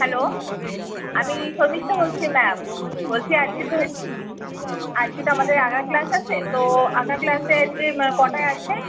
hello আমি শর্মিষ্ঠা বলছি ma'am বলছি আজকে তো আজকে তো আমাদের আঁকার ক্লাস আছে তো আঁকার ক্লাস আজকে কটায় আছে